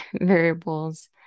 variables